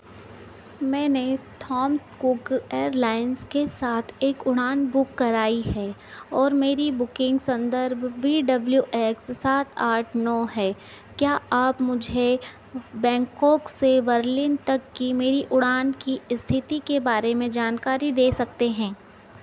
मैंने Thomas Cook airlines के साथ एक उड़ान बुक कराई है और मेरी बुकिंग संदर्भ वी डब्ल्यू एक्स सात आठ नौ है क्या आप मुझे बैंकॉक से बर्लिन तक की मेरी उड़ान की स्थिति के बारे में जानकारी दे सकते हैं